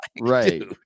Right